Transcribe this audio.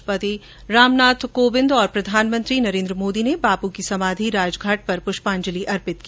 राष्ट्रपति रामनाथ कोविंद और प्रधानमंत्री नरेन्द्र मोदी ने बापू की समाधि राजघाट पर पुष्पांजलि अर्पित की